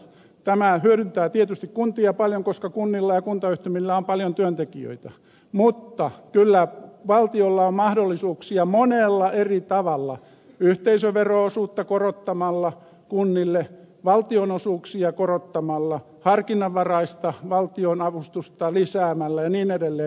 tämä hyödyntää tietysti kuntia paljon koska kunnilla ja kuntayhtymillä on paljon työntekijöitä mutta kyllä valtiolla on mahdollisuuksia monella eri tavalla yhteisövero osuutta korottamalla kunnille valtionosuuksia korottamalla harkinnanvaraista valtionavustusta lisäämällä ja niin edelleen